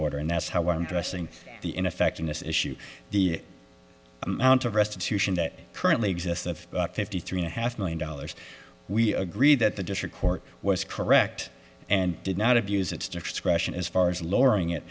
order and that's how i'm dressing the ineffectiveness issue the amount of restitution that currently exists of fifty three and a half million dollars we agree that the district court was correct and did not abuse its discretion as far as lowering it